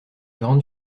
grande